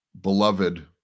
beloved